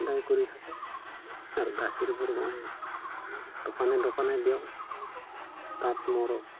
সদায় কৰি থাকোঁ আৰু গাখীৰবোৰ মই দোকানে দোকানে দিওঁ তাত মোৰো